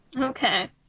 Okay